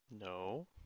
No